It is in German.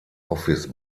office